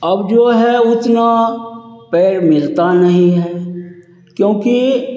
अब जो है उतना पेड़ मिलता नहीं है क्योंकि